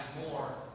more